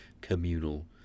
communal